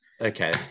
Okay